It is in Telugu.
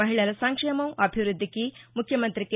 మహిళల సంక్షేమం అభివృద్దికి ముఖ్యమంత్రి కె